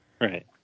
Right